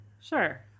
Sure